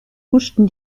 huschen